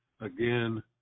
again